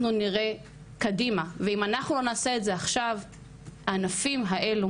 נראה קדימה ואם אנחנו לא נעשה את זה עכשיו הענפים האלו